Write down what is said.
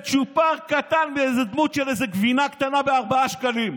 צ'ופר קטן באיזה דמות של איזו גבינה קטנה ב-4 שקלים.